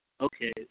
okay